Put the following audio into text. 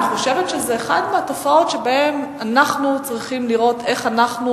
אני חושבת שזו אחת מהתופעות שבהן אנחנו צריכים לראות איך אנחנו